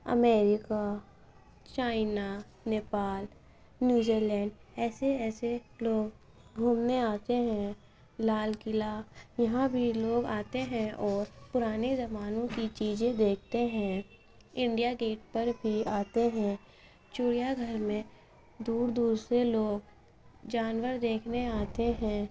America China Nepal New Zealand ایسے ایسے لوگ گھومنے آتے ہیں لال قلعہ یہاں بھی لوگ آتے ہیں اور پرانے زمانوں کی چیزیں دیکھتے ہیں انڈیا گیٹ پر بھی آتے ہیں چڑیا گھر میں دور دور سے لوگ جانور دیکھنے آتے ہیں